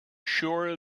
sure